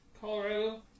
Colorado